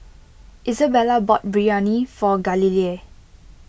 Isabella bought Biryani for Galilea